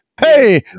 Hey